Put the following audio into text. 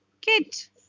kit